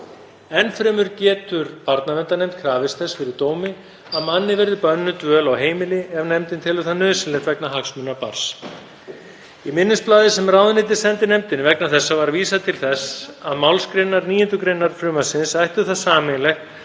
Enn fremur getur barnaverndarnefnd krafist þess fyrir dómi að manni verði bönnuð dvöl á heimili ef nefndin telur það nauðsynlegt vegna hagsmuna barns. Í minnisblaði sem ráðuneytið sendi nefndinni vegna þessa var vísað til þess að málsgreinar 9. gr. frumvarpsins ættu það sameiginlegt